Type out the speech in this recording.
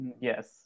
Yes